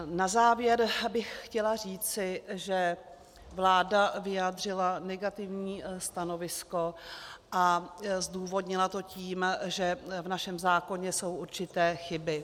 Na závěr bych chtěla říci, že vláda vyjádřila negativní stanovisko a zdůvodnila to tím, že v našem zákoně jsou určité chyby.